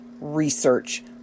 research